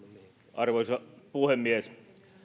arvoisa puhemies